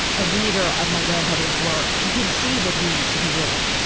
a reader of my grandfather's works, you could see that he, he really,